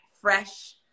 fresh